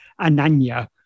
Ananya